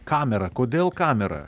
kamera kodėl kamera